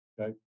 Okay